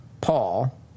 Paul